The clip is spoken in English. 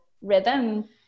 rhythm